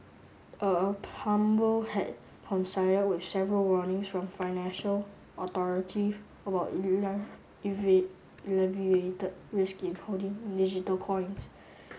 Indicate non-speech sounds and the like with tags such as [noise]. [hesitation] a tumble had coincided with several warnings from financial authorities about [unintelligible] elevated risk in holding digital coins